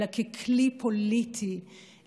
ככלי פוליטי,